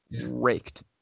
raked